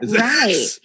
Right